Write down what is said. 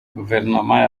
guverinoma